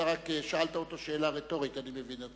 אתה רק שאלת אותו שאלה רטורית, אני מבין.